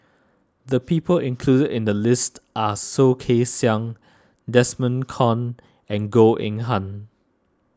the people included in the list are Soh Kay Siang Desmond Kon and Goh Eng Han